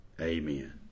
Amen